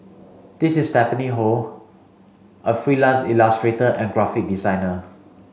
this is Stephanie Ho a freelance illustrator and graphic designer